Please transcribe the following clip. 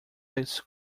this